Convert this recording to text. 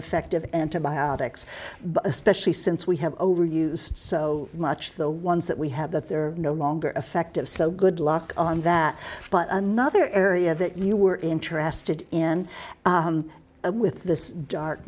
effective antibiotics but especially since we have overused so much the ones that we have that they're no longer effective so good luck on that but another area that you were interested in with this dark